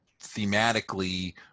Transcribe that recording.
thematically